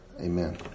Amen